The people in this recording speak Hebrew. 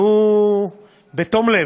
והוא, בתום לב,